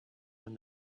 when